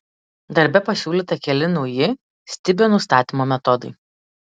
darbe pasiūlyta keli nauji stibio nustatymo metodai